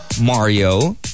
Mario